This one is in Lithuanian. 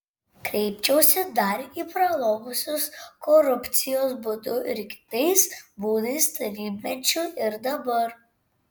kreipčiausi dar į pralobusius korupcijos būdu ir kitais būdais tarybmečiu ir dabar